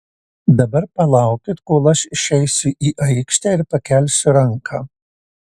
dabar palaukit kol aš išeisiu į aikštę ir pakelsiu ranką